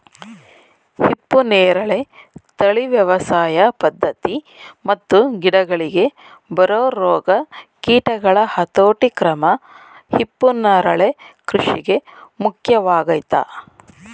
ಹಿಪ್ಪುನೇರಳೆ ತಳಿ ವ್ಯವಸಾಯ ಪದ್ಧತಿ ಮತ್ತು ಗಿಡಗಳಿಗೆ ಬರೊ ರೋಗ ಕೀಟಗಳ ಹತೋಟಿಕ್ರಮ ಹಿಪ್ಪುನರಳೆ ಕೃಷಿಗೆ ಮುಖ್ಯವಾಗಯ್ತೆ